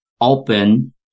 open